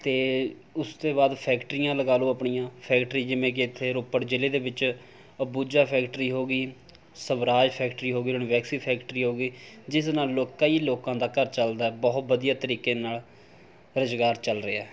ਅਤੇ ਉਸ ਤੋਂ ਬਾਅਦ ਫੈਕਟਰੀਆਂ ਲਗਾ ਲਓ ਆਪਣੀਆਂ ਫੈਕਟਰੀ ਜਿਵੇਂ ਕਿ ਇੱਥੇ ਰੋਪੜ ਜ਼ਿਲ੍ਹੇ ਦੇ ਵਿੱਚ ਅੰਬੂਜਾ ਫੈਕਟਰੀ ਹੋ ਗਈ ਸਵਰਾਜ ਫੈਕਟਰੀ ਹੋ ਗਈ ਰਣਬੈਕਸੀ ਫੈਕਟਰੀ ਹੋ ਗਈ ਜਿਸ ਨਾਲ ਲੋ ਕਈ ਲੋਕਾਂ ਦਾ ਘਰ ਚੱਲਦਾ ਬਹੁਤ ਵਧੀਆ ਤਰੀਕੇ ਨਾਲ ਰੁਜ਼ਗਾਰ ਚੱਲ ਰਿਹਾ